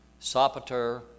Sopater